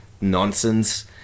nonsense